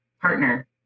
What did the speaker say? partner